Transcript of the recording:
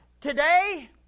Today